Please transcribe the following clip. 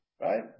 Right